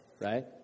right